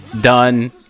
done